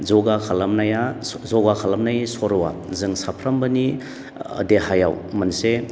ज'गा खालामनाया ज'गा खालामनायनि सर'आ जों साफ्रोमबोनि देहायाव मोनसे